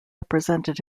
represented